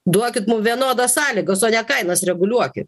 duokit mum vienodas sąlygas o ne kainas reguliuoki